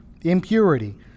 impurity